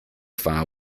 far